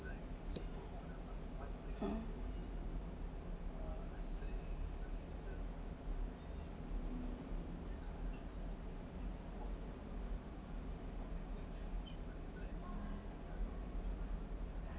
oh